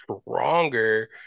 stronger